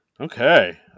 okay